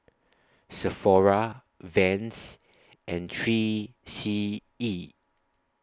Sephora Vans and three C E